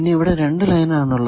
ഇവിടെ 2 ലൈൻ ആണ് ഉള്ളത്